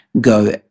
go